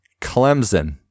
Clemson